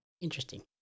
interesting